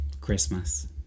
Christmas